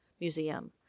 Museum